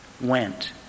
went